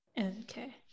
Okay